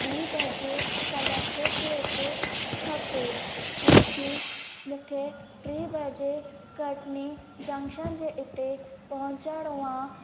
ॿी बजे कलैक्टर जे हुते खपे क्योकी मूंखे टे वजे कटनी जंक्शन जे हिते पहुचणो आहे